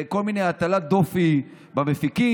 בכל מיני הטלת דופי במפיקים,